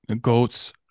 Goats